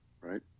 Right